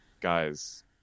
Guys